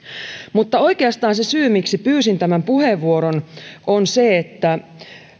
mutta oikeastaan se syy miksi pyysin tämän puheenvuoron on se että